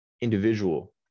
individual